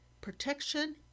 protection